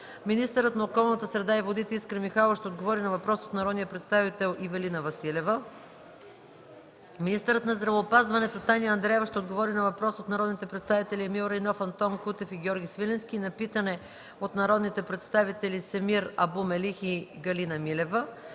Министърът на околната среда и водите Искра Михайлова ще отговори на въпрос от народния представител Ивелина Василева. 9. Министърът на здравеопазването Таня Андреева-Райнова ще отговори на въпрос от народните представители Емил Райнов, Антон Кутев и Георги Свиленски и на питане от народните представители Семир Абу Мелих и Галина Милева.